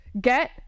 get